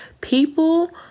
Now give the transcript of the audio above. people